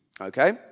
okay